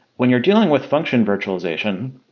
when you're dealing with function virtualization,